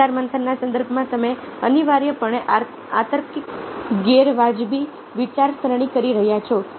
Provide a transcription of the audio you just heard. વિચારમંથનના સંદર્ભમાં તમે અનિવાર્યપણે અતાર્કિક ગેરવાજબી વિચારસરણી કરી રહ્યા છો